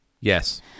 Yes